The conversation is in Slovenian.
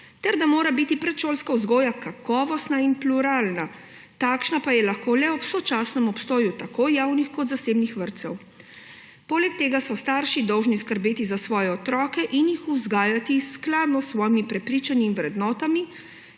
ter da mora biti predšolska vzgoja kakovostna in pluralna; takšna pa je lahko le ob sočasnem obstoju tako javnih kot zasebnih vrtcev. Poleg tega so starši dolžni skrbeti za svoje otroke in jih vzgajati skladno s svojimi prepričanji in vrednotami,